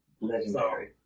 Legendary